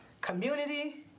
community